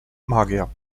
magier